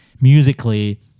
musically